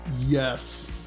Yes